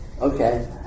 Okay